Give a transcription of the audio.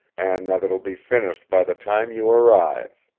and that it will be finished by the time you arrive.